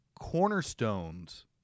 cornerstones